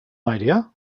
idea